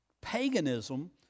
paganism